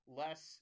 less